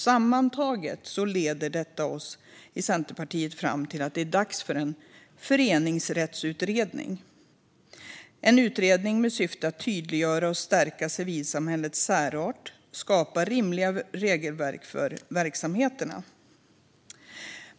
Sammantaget leder detta oss i Centerpartiet fram till att det är dags för en föreningsrättsutredning med syfte att tydliggöra och stärka civilsamhällets särart och skapa rimliga regelverk för verksamheterna.